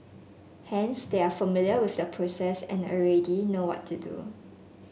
hence they are familiar with the process and already know what to do